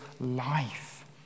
life